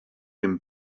him